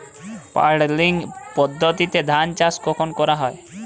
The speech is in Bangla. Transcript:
পাডলিং পদ্ধতিতে ধান চাষ কখন করা হয়?